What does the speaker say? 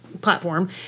platform